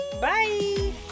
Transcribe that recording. bye